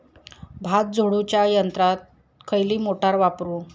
भात झोडूच्या यंत्राक खयली मोटार वापरू?